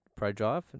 ProDrive